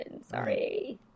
Sorry